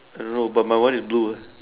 I don't know but my one is blue